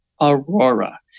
Aurora